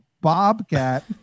bobcat